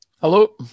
Hello